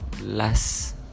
last